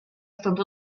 stąd